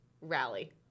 rally